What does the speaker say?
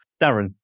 Darren